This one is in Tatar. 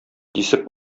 кисеп